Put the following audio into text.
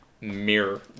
mirror